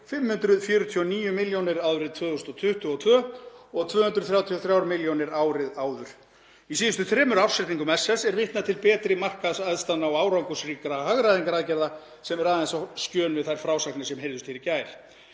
549 milljónir árið 2022 og 233 milljónir árið áður. Í síðustu þremur ársreikningum SS er vitnað til betri markaðsaðstæðna og árangursríkra hagræðingaraðgerða […]“— sem er aðeins á skjön við þær frásagnir sem heyrðust hér í gær